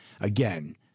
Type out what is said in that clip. again